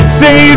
say